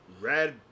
Red